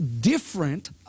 different